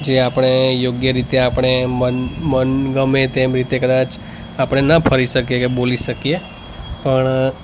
જે આપણે યોગ્ય રીતે આપણે મન મન ગમે તેમ રીતે કદાચ આપણે ન ફરી શકીએ કે બોલી શકીએ પણ